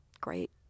great